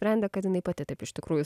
prendė kad jinai pati taip iš tikrųjų